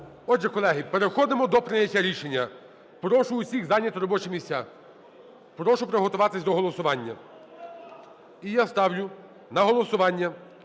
Отже, колеги, переходимо до прийняття рішення. Прощу всіх зайняти робочі місця. Прошу приготуватись до голосування. І я ставлю на голосування